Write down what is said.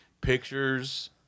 pictures